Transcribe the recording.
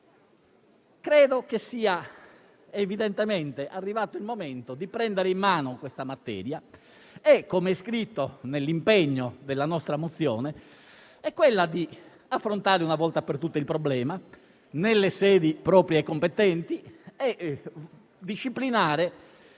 Credo che sia evidentemente arrivato il momento di prendere in mano questa materia e, come è scritto nel dispositivo della nostra mozione, di affrontare una volta per tutte il problema nelle sedi competenti disciplinando